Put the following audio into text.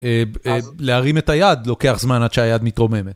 להרים את היד לוקח זמן עד שהיד מתרוממת.